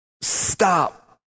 stop